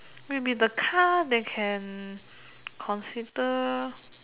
will be the car they can consider